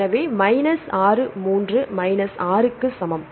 எனவே minus 6 3 minus 6 க்கு சமம்